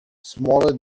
smaller